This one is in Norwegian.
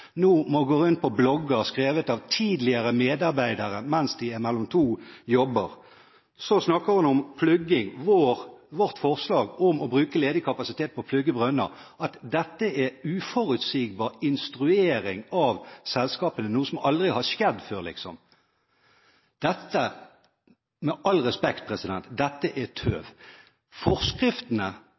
blogger skrevet av tidligere medarbeidere mens de er mellom to jobber. Så snakker hun om plugging, at vårt forslag om å bruke ledig kapasitet på å plugge brønner er uforutsigbar instruering av selskapene, noe som aldri har skjedd før, liksom. Med all respekt, dette er tøv.